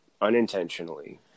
unintentionally